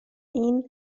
اینیک